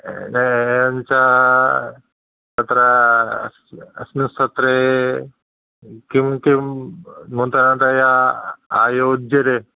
न एवञ्च तत्र अस्य अस्मिन् सत्रे किं किं नूतनतया आयोज्यते